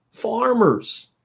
farmers